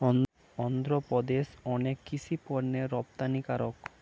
অন্ধ্রপ্রদেশ অনেক কৃষি পণ্যের রপ্তানিকারক